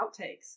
outtakes